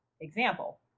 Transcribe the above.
Example